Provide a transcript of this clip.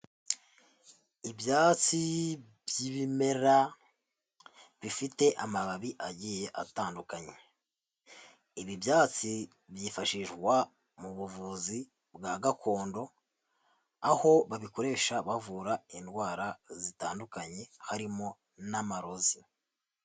Ibyatsi by'ibimera bifite amababi agiye atandukanye. Ibi byatsi byifashishwa mu buvuzi bwa gakondo aho babikoresha bavura indwara zitandukanye harimo n'amarozi.